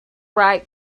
ripe